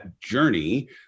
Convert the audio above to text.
journey